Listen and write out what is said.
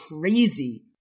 crazy